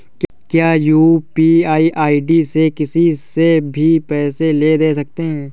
क्या UPI ID से किसी से भी पैसे ले दे सकते हैं?